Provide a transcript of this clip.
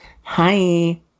Hi